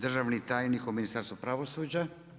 Državni tajnik u Ministarstvu pravosuđa?